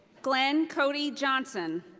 glenn cody johnson.